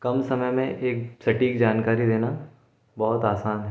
कम समय में एक सटीक जानकारी देना बहुत आसान है